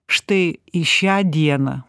štai į šią dieną